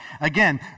Again